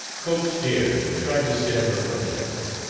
cope stared and tried to stem her protests.